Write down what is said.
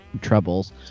troubles